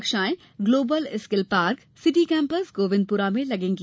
कक्षाएँ global skills park city campus Govindpura में लगेंगी